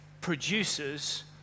produces